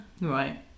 right